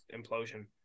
implosion